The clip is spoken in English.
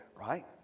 right